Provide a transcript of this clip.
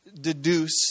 deduce